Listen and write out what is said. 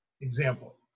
example